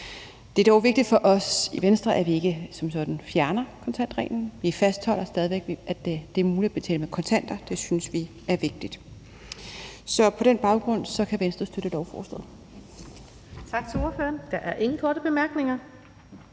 Det er dog vigtigt for os i Venstre, at man ikke som sådan fjerner kontantreglen. For man fastholder stadig væk, at det er muligt at betale med kontanter, og det synes vi er vigtigt. Så på den baggrund kan Venstre støtte lovforslaget.